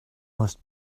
most